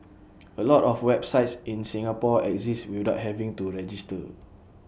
A lot of websites in Singapore exist without having to register